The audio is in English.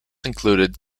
include